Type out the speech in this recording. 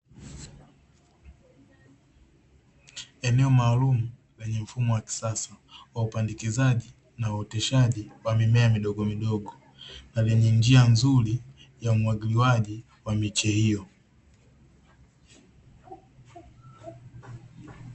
Eneo maalumu lenye mfumo wa kisasa wa upandikizaji na uoteshaji wa mimea midogi midogo, na lenye njia nzuri ya umwagiliaji wa miche hiyo.